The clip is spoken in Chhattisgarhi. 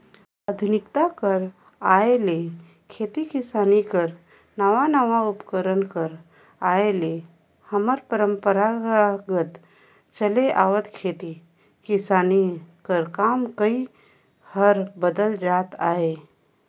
आधुनिकता कर आए ले खेती किसानी कर नावा नावा उपकरन कर आए ले हमर परपरागत चले आवत खेती किसानी कर काम करई हर बदलत जात अहे